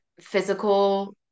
physical